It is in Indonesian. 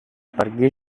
pergi